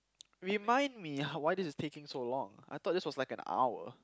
remind me h~ why this is taking so long I thought this was like an hour